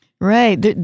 Right